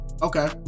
Okay